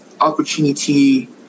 opportunity